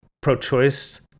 pro-choice